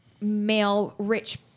male-rich